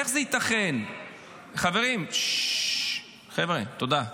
איך זה ייתכן, חברים, ששש, חבר'ה, תודה,